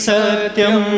Satyam